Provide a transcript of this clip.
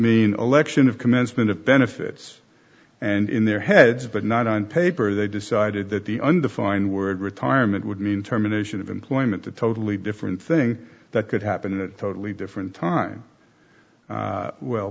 mean election of commencement of benefits and in their heads but not on paper they decided that the undefined word retirement would mean terminations of employment a totally different thing that could happen in a totally different time well